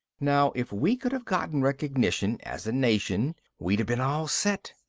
now if we could have gotten recognition as a nation, we'd have been all set.